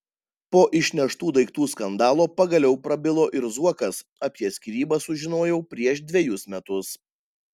po išneštų daiktų skandalo pagaliau prabilo ir zuokas apie skyrybas sužinojau prieš dvejus metus